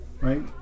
Right